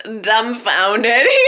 dumbfounded